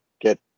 get